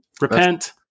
Repent